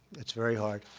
it's very hard.